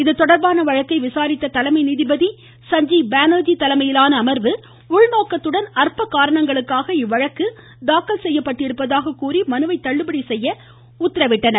இதுதொடர்பான வழக்கை விசாரித்த தலைமை நீதிபதி சஞ்சீவ் பானர்ஜி தலைமையிலான அமர்வு உள்நோக்கத்துடன் அர்ப்ப காரணங்களுக்காக இந்த வழக்கு தாக்கல் செய்யப்பட்டிருப்பதாக கூறி மனுவை தள்ளுபடி செய்ய உத்தரவிட்டனர்